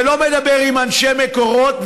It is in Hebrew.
ולא מדבר עם אנשי מקורות,